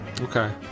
Okay